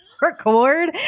Record